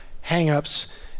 hang-ups